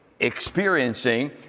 experiencing